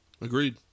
Agreed